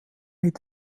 mit